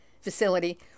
facility